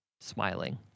smiling